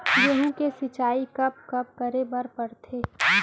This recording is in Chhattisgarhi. गेहूँ के सिंचाई कब कब करे बर पड़थे?